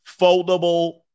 foldable